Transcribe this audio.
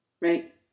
Right